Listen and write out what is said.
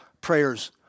prayers